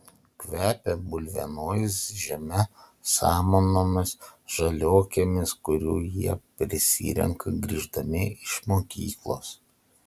kvepia bulvienojais žeme samanomis žaliuokėmis kurių jie prisirenka grįždami iš mokyklos